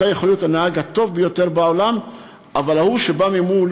ואתה יכול להיות הנהג הטוב ביותר בעולם אבל ההוא שבא ממול,